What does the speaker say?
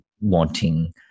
wanting